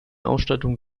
ausstattung